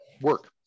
work